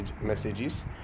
messages